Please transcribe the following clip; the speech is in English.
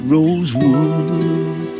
Rosewood